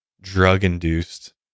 drug-induced